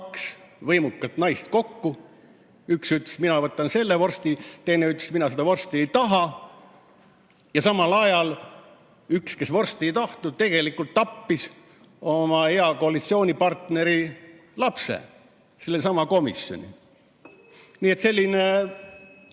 kaks võimukat naist kokku, üks ütles, et tema võtab selle vorsti, ja teine ütles, et tema toda vorsti ei taha. Ja samal ajal see, kes vorsti ei tahtnud, tegelikult tappis oma hea koalitsioonipartneri lapse, sellesama komisjoni. Selline